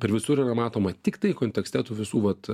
ir visur yra matoma tiktai kontekste tų visų vat